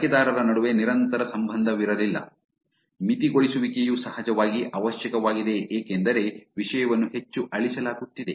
ಬಳಕೆದಾರರ ನಡುವೆ ನಿರಂತರ ಸಂಬಂಧವಿರಲಿಲ್ಲ ಮಿತಗೊಳಿಸುವಿಕೆಯು ಸಹಜವಾಗಿ ಅವಶ್ಯಕವಾಗಿದೆ ಏಕೆಂದರೆ ವಿಷಯವನ್ನು ಹೆಚ್ಚು ಅಳಿಸಲಾಗುತ್ತಿದೆ